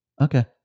Okay